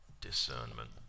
discernment